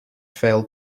failed